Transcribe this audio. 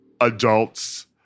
adults